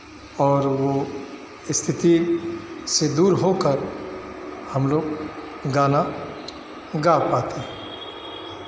और वो स्थिति से दूर होकर हमलोग गाना गा पाते हैं